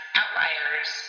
outliers